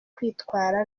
kwitwara